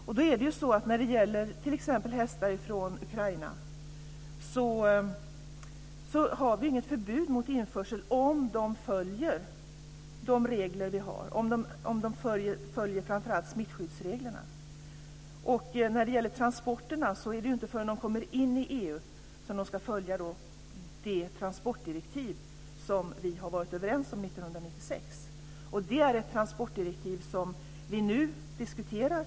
Vi har inget förbud mot införsel av t.ex. hästar från Ukraina om man följer de regler vi har, och framför allt smittskyddsreglerna. När det gäller transporterna är det inte förrän de kommer in i EU som de ska följa det transportdirektiv som vi var överens om 1996. Det är ett transportdirektiv som vi nu diskuterar.